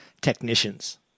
technicians